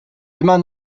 immer